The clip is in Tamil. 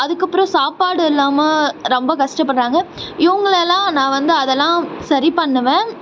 அதுக்கு அப்புறம் சாப்பாடு இல்லாமல் ரொம்ப கஷ்டப்பட்றாங்க இவங்களை எல்லாம் நான் வந்து அதெல்லாம் சரி பண்ணுவேன்